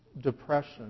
depression